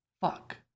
fuck